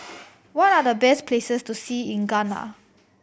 what are the best places to see in Ghana